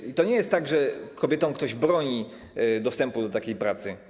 I to nie jest tak, że kobietom ktoś broni dostępu do takiej pracy.